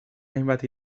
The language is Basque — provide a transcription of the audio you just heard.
hainbat